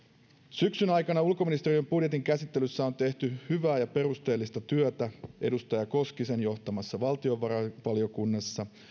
syksyn aikana ulkoministeriön budjetin käsittelyssä on tehty hyvää ja perusteellista työtä edustaja koskisen johtamassa valtiovarainvaliokunnassa